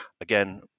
Again